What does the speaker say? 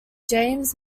james